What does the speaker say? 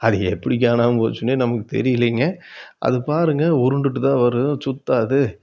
அது எப்படி காணாமல் போச்சுன்னு நமக்கு தெரியலைங்க அது பாருங்கள் உருண்டுகிட்டு தான் வரும் சுற்றாது